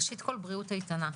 בריאות איתנה.